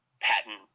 patent